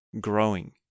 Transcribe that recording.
growing